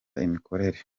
imikorere